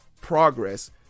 progress